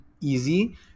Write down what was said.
easy